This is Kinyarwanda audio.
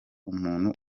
umuntu